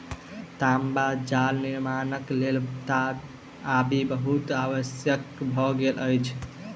तांबा जाल निर्माणक लेल आबि बहुत आवश्यक भ गेल अछि